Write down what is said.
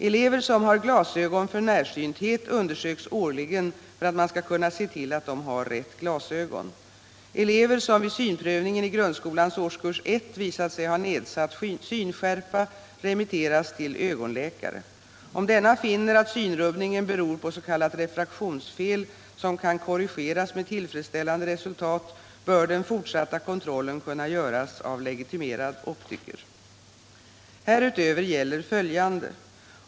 Elever som har glasögon för närsynthet undersöks årligen för att man skall kunna se till att de har rätt glasögon. Elever som vid synprövningen i grundskolans årskurs 1 visat sig ha nedsatt synskärpa remitteras till ögonläkare. Om denna finner att synrubbningen beror på s.k. refraktionsfel, som kan korrigeras med tillfredsställande resultat, bör den fortsatta kontrollen kunna göras av legitimerad optiker. Härutöver gäller följande.